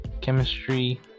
chemistry